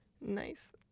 nice